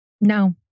No